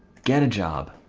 get a job